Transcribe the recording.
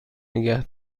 نگه